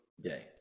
day